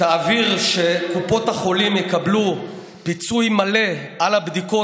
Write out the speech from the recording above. תעביר שקופות החולים יקבלו פיצוי מלא על הבדיקות,